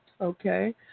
Okay